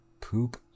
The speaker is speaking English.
poop